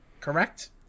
correct